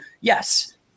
yes